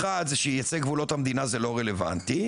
אחד זה שייצא גבולות המדינה זה לא רלוונטי,